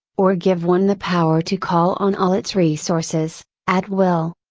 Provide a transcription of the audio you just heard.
or give one the power to call on all its resources, at will.